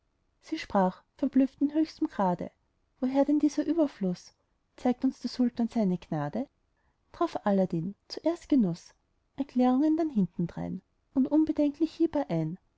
sie sprach verblüfft im höchsten grade woher denn dieser überfluß zeigt uns der sultan seine gnade drauf aladdin zuerst genuß erklärungen dann hinterdrein und unbedenklich hieb er ein